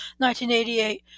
1988